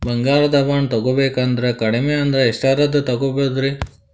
ಬಂಗಾರ ಬಾಂಡ್ ತೊಗೋಬೇಕಂದ್ರ ಕಡಮಿ ಅಂದ್ರ ಎಷ್ಟರದ್ ತೊಗೊಬೋದ್ರಿ?